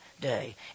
Day